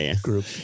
group